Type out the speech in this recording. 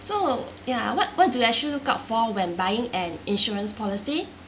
so ya what what do you actually look out for when buying an insurance policy